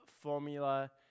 formula